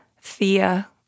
Thea